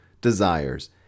desires